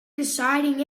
deciding